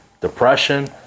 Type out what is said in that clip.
depression